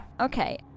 Okay